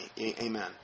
Amen